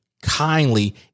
kindly